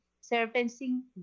servicing